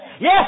Yes